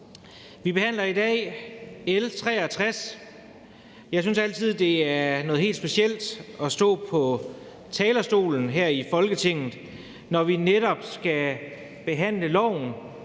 vi behandler i dag L 63. Jeg synes altid, det er noget helt specielt at stå på talerstolen her i Folketinget, når vi netop skal behandle